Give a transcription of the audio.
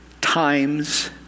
times